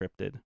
encrypted